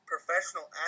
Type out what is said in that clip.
professional